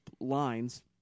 lines